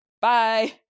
Bye